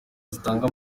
zitanga